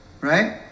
Right